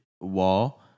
wall